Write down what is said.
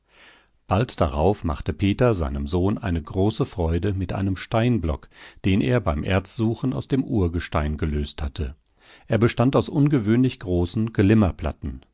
bald darauf machte peter seinem sohn eine große freude mit einem steinblock den er beim erzsuchen aus dem urgestein gelöst hatte er bestand aus ungewöhnlich großen